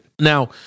Now